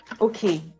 okay